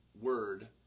word